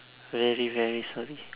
very very sorry